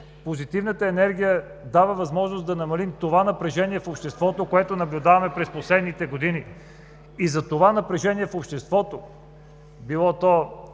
Позитивната енергия дава възможност да намалим това напрежение в обществото, което наблюдаваме през последните години. За това напрежение в обществото – било то